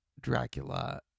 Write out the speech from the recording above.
Dracula